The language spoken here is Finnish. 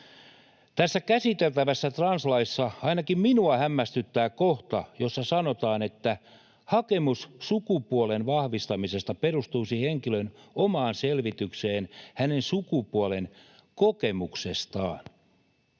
Tässä käsiteltävässä translaissa ainakin minua hämmästyttää kohta, jossa sanotaan, että hakemus sukupuolen vahvistamisesta perustuisi henkilön omaan selvitykseen hänen sukupuolen kokemuksestaan.